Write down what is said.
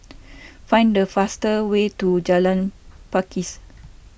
find the fastest way to Jalan Pakis